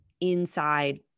inside